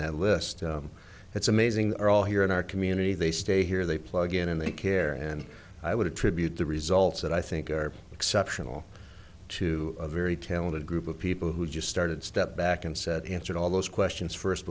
that list it's amazing are all here in our community they stay here they plug in and they care and i would attribute the results that i think are exceptional to a very talented group of people who just started step back and said he answered all those questions first